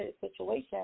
situation